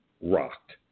rocked